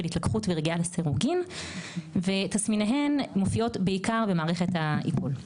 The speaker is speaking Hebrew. התלקחות ורגיעה לסירוגין ותסמיניהן מופיעות בעיקר במערכת העיכול.